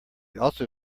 also